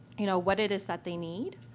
you know, what it is that they need,